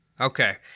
okay